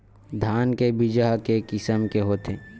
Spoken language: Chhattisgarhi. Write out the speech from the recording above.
धान के बीजा ह के किसम के होथे?